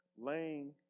laying